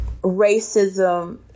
racism